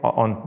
on